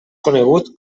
conegut